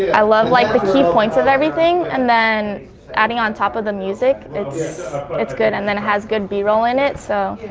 i love like the key points of everything, and then adding on top of the music, it's it's good, and then it has good b-roll in it so,